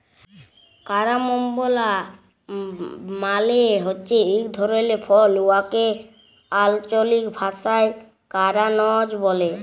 carambola মালে হছে ইক ধরলের ফল উয়াকে আল্চলিক ভাষায় কারান্চ ব্যলে